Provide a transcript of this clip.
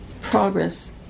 progress